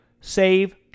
save